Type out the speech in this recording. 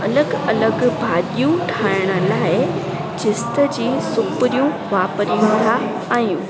अलॻि अलॻि भाॼियूं ठाहिण लाइ जिस्त जी सिपड़ियूं वापरिंदा आहियूं